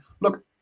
look